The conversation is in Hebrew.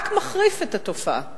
רק מחריף את התופעה.